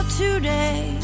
today